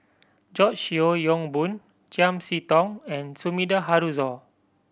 George Yeo Yong Boon Chiam See Tong and Sumida Haruzo